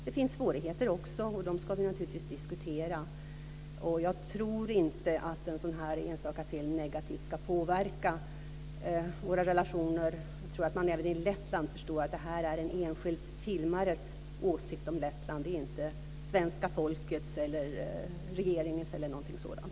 Det finns svårigheter också, och dem ska vi naturligtvis diskutera. Jag tror inte att en sådan här enstaka film ska påverka våra relationer negativt. Jag tror att man även i Lettland förstår att det här är en enskild filmares åsikt om Lettland. Det är inte svenska folkets eller regeringens åsikt.